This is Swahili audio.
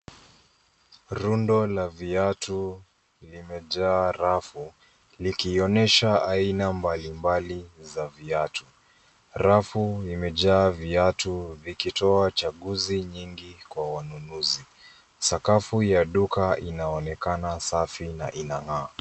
Rundo la viatu limejaa rafu likionyesha aina mbalimbali za viatu. Rafu imejaa viatu vikitoa chaguzi nyingi kwa wanunuzi. Sakafu ya duka inaonekana safi na inang'aa.